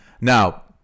Now